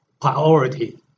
priority